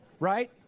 Right